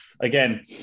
again